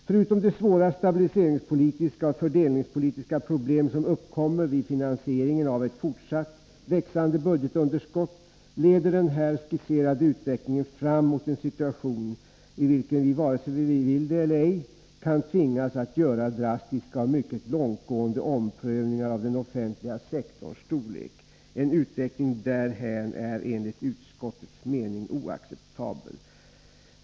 Förutom de svåra stabiliseringspolitiska och fördelningspolitiska problem som uppkommer vid finansieringen av ett fortsatt växande budgetunderskott leder den här skisserade utvecklingen fram mot en situation i vilken vi— vare sig vi vill det eller ej — kan tvingas att göra drastiska och mycket långtgående omprövningar av den offentliga sektorns storlek. En utveckling därhän är enligt utskottets mening oacceptabel.